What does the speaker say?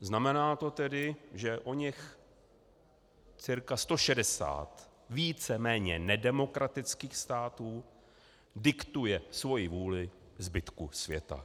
Znamená to tedy, že oněch cca 160 víceméně nedemokratických států diktuje svoji vůli zbytku světa.